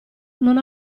non